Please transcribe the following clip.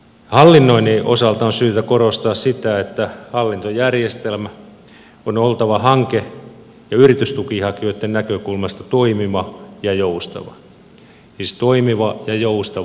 hallinnoinnin osalta on syytä korostaa sitä että hallintojärjestelmän on oltava hanke ja yritystukihakijoitten näkökulmasta toimiva ja joustava siis toimiva ja joustava